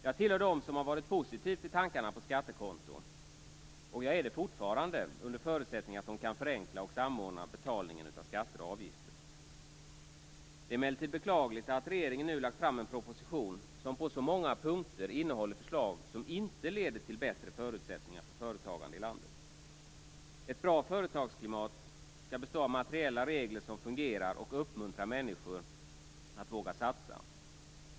Jag hör till dem som har varit positiv till tankarna på skattekonton, och jag är det fortfarande under förutsättning att de kan förenkla och samordna betalningen av skatter och avgifter. Det är emellertid beklagligt att regeringen nu har lagt fram en proposition som på så många punkter innehåller förslag som inte leder till bättre förutsättningar för företagandet i landet. Ett bra företagsklimat skall bestå av materiella regler som fungerar och som uppmuntrar människor att våga satsa.